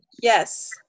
Yes